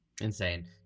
Insane